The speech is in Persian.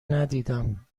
ندیدم